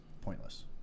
pointless